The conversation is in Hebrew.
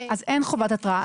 אז אין חובת התראה.